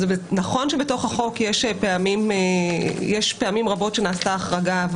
זה נכון שבתוך החוק יש פעמים רבות שנעשתה החרגה.